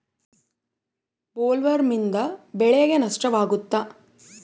ಬೊಲ್ವರ್ಮ್ನಿಂದ ಬೆಳೆಗೆ ನಷ್ಟವಾಗುತ್ತ?